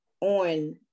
on